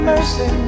Mercy